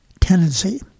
tendency